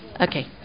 Okay